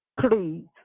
Please